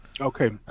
Okay